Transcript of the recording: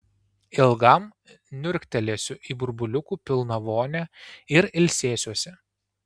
ilgam niurktelėsiu į burbuliukų pilną vonią ir ilsėsiuosi